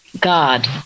God